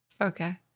Okay